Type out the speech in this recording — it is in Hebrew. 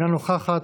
אינה נוכחת,